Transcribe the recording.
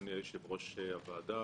אדוני יושב-ראש הוועדה.